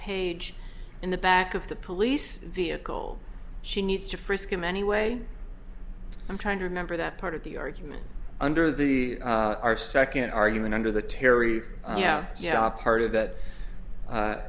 paint in the back of the police vehicle she needs to frisk him anyway i'm trying to remember that part of the argument under the our second argument under the terri yeah ya part of that